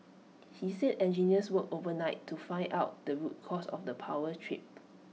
he said engineers worked overnight to find out the root cause of the power trip